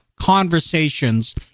conversations